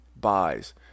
buys